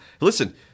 Listen